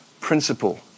principle